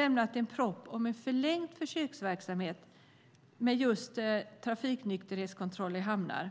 en proposition om en förlängd försöksverksamhet för trafiknykterhetskontroll i hamnar.